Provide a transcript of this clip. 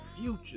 future